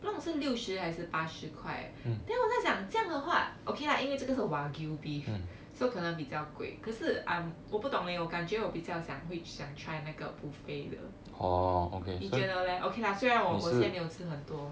不懂是六十还是八十块 then 我在想这样的话 okay lah 因为这个是 wagyu beef so 可能比较贵可是 I'm 我不懂 leh 我感觉我比较想会想 try 那个 buffet 的你觉得 leh okay lah 虽然现在我我没有吃很多